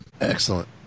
Excellent